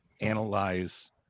analyze